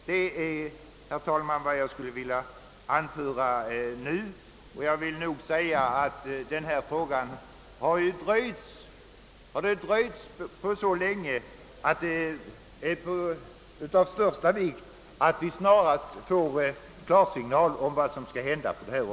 Detta är, herr talman, vad jag nu ville anföra. Denna fråga har blivit fördröjd så länge, att det är av största vikt att snarast få klarsignal om vad som skall ske.